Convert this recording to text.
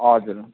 हजुर हुन्छ